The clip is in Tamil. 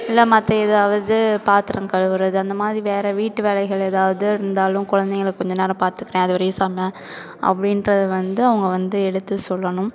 இல்லை மற்ற ஏதாவது பாத்திரம் கழுவுறது அந்தமாதிரி வேறு வீட்டு வேலைகள் ஏதாவது இருந்தாலும் குழந்தைங்கள கொஞ்சம் நேரம் பாத்துக்கிறேன் அதுவரையும் சமை அப்படின்றது வந்து அவங்க வந்து எடுத்துச் சொல்லணும்